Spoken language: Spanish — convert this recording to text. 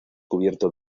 cubierto